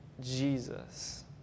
Jesus